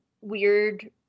weird